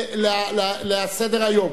להעבירם לסדר-היום.